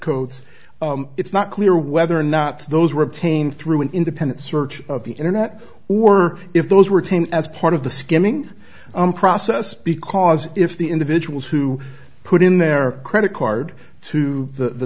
codes it's not clear whether or not those were obtained through an independent search of the internet or if those were taken as part of the skimming process because if the individuals who put in their credit card to the